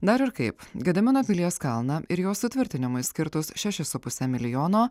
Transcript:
dar ir kaip gedimino pilies kalną ir jo sutvirtinimui skirtus šešis su puse milijono